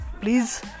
Please